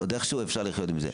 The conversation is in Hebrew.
עוד איכשהו אפשר לחיות עם זה,